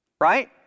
Right